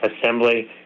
Assembly